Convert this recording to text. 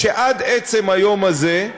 שעד עצם היום הזה,